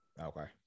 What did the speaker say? Okay